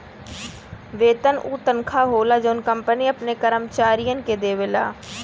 वेतन उ तनखा होला जौन कंपनी अपने कर्मचारियन के देवला